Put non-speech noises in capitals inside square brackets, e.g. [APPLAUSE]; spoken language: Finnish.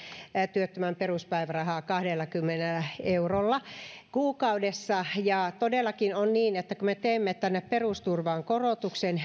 työttömän peruspäivärahaa kahdellakymmenellä eurolla kuukaudessa todellakin on niin että kun me teemme perusturvaan korotuksen [UNINTELLIGIBLE]